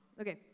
Okay